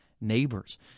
neighbors